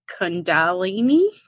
kundalini